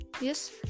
yes